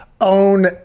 own –